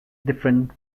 different